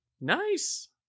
Nice